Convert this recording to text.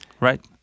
right